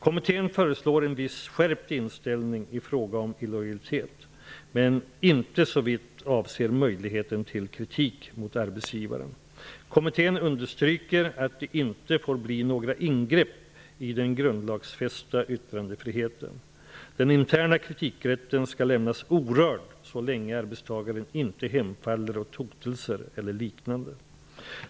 Kommittén föreslår en viss skärpt inställning i fråga om illojalitet, men inte såvitt avser möjligheten till kritik mot arbetsgivaren. Kommittén understryker att det inte får bli några ingrepp i den grundlagsfästa yttrandefriheten. Den interna kritikrätten skall lämnas orörd så länge arbetstagaren inte hemfaller åt hotelser eller liknande.